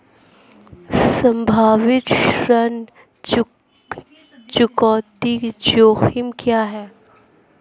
संभावित ऋण चुकौती जोखिम क्या हैं?